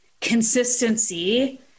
consistency